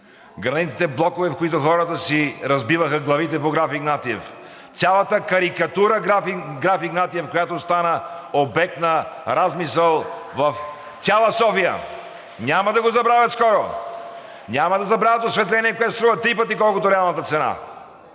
гранитните блокове, в които хората си разбиваха главите по „Граф Игнатиев“, цялата карикатура „Граф Игнатиев“, която стана обект на размисъл в цяла София. (Ръкопляскания от „БСП за България“.) Няма да го забравят скоро! Няма да забравят осветление, което струва три пъти колкото реалната цена.